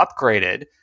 upgraded